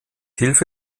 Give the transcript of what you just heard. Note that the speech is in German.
hilfe